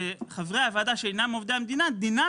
שחברי הוועדה שאינם עובדי המדינה דינם